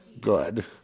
good